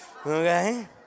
okay